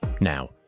Now